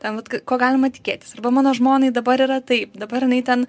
ten ko galima tikėtis arba mano žmonai dabar yra taip dabar jinai ten